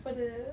pada